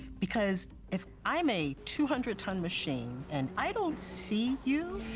because if i'm a two hundred ton machine and i don't see you?